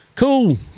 cool